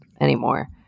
anymore